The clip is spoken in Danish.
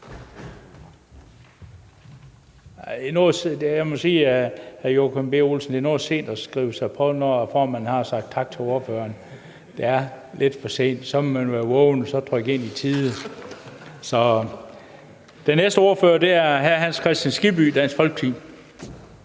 det er noget sent at skrive sig på, når formanden har sagt tak til ordføreren. Det er lidt for sent. Man må være vågen og trykke sig ind i tide. Den næste ordfører er hr. Hans Kristian Skibby, Dansk Folkeparti.